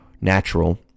natural